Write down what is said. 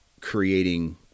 creating